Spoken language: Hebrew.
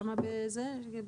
כמה במפרצים?